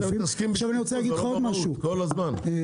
זה לא במהות, כל הזמן.